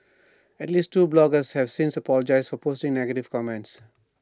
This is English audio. at least two bloggers have since apologised for posting negative comments